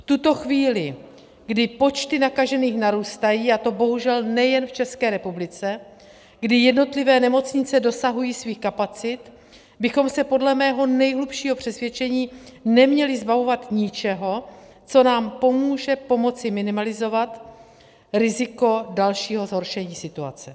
V tuto chvíli, kdy počty nakažených narůstají, a to bohužel nejen v České republice, kdy jednotlivé nemocnice dosahují svých kapacit, bychom se podle mého nejhlubšího přesvědčení neměli zbavovat ničeho, co nám pomůže pomoci minimalizovat riziko dalšího zhoršení situace.